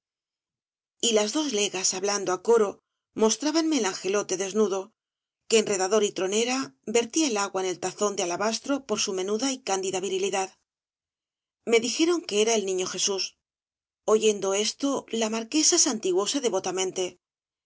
y las dos legas hablando á coro mostrábanme el angelote desnudo que enredador y tronera vertía el agua en el tazón de alabastro por su menuda y candida virilidad me dijeron que era el niño jesús oyendo esto la marquesa santiguóse devotamente